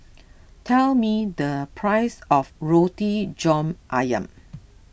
tell me the price of Roti John Ayam